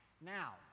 Now